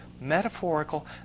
metaphorical